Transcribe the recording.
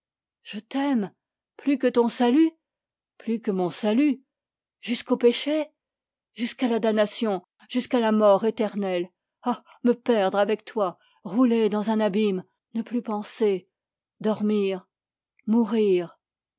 je t'aime plus que ton salut plus que mon salut jusqu'au péché jusqu'à la damnation jusqu'à la mort éternelle ah me perdre avec toi rouler dans un abîme ne plus penser dormir mourir